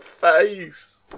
face